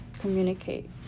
communicate